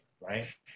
right